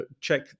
check